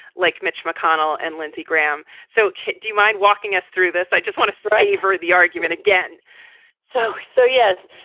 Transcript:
like mitch mcconnell and lindsey graham. so do you mind walking us through this? i just want to say you've heard the argument again so. so, yes.